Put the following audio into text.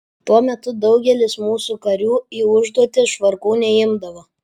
tuo metu daugelis mūsų karių į užduotis švarkų neimdavo